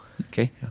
okay